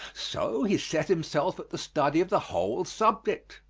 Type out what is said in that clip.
so he set himself at the study of the whole subject.